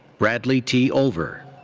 bradley t. olver.